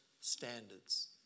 standards